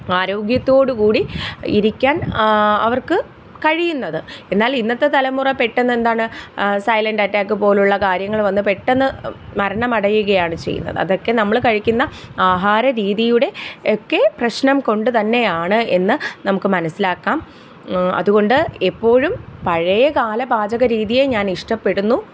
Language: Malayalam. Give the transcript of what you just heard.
ആരോഗ്യത്തോടുകൂടി ഇരിക്കാൻ അവർക്ക് കഴിയ്യുന്നത് എന്നാൽ ഇന്നത്തെ തലമുറ പെട്ടെന്ന് എന്താണ് സൈലന്റ് അറ്റാക്ക് പോലുള്ള കാര്യങ്ങൾ വന്ന് പെട്ടെന്ന് മരണമടയുകയാണ് ചെയ്യുന്നത് അതൊക്കെ നമ്മൾ കഴിക്കുന്ന ആഹാരരീതിയുടെ ഒക്കെ പ്രശ്നംകൊണ്ട് തന്നെയാണ് എന്ന് നമുക്ക് മനസിലാക്കാം അതുകൊണ്ട് എപ്പോഴും പഴയകാല പാചകരീതിയെ ഞാൻ ഇഷ്ടപ്പെടുന്നു